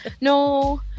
no